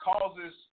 causes